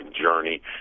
journey